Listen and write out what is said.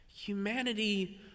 Humanity